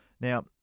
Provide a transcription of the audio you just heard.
Now